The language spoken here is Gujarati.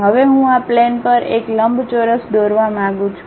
હવે હું આ પ્લેન પર એક લંબચોરસ દોરવા માંગું છું